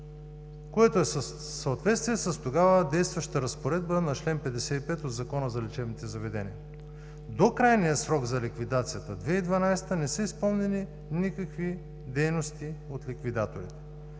което е в съответствие с тогава действащата разпоредба на чл. 55 от Закона за лечебните заведения. До крайния срок за ликвидацията – 2012 г., не са изпълнени никакви дейности от ликвидаторите,